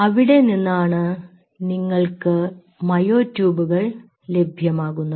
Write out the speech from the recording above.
അവിടെ നിന്നാണ് നിങ്ങൾക്ക് മയോ ട്യൂബുകൾ ലഭ്യമാകുന്നത്